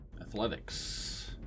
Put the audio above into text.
Athletics